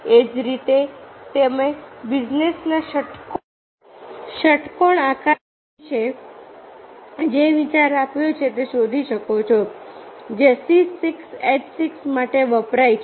એ જ રીતે તમે બેન્ઝીનના ષટ્કોણ આકાર વિશે જે વિચાર આપ્યો છે તે શોધી શકો છો જે C6 H6 માટે વપરાય છે